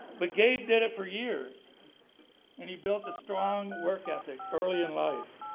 but gabe did it for years and he built a strong work ethic early in life.